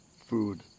food